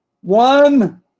One